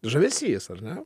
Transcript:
žavesys ar ne